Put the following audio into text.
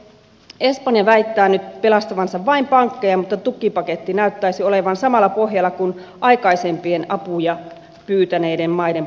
espanja väittää nyt pelastavansa vain pankkeja mutta tukipaketti näyttäisi olevan samalla pohjalla kuin aikaisempien apuja pyytäneiden maiden paketit